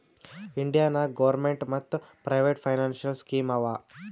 India ನಾಗ್ government ಮತ್ private financial scheme ಆವಾ